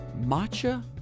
matcha